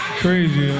Crazy